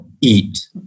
eat